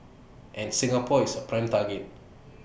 and Singapore is A prime target